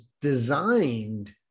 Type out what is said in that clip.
designed